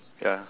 ya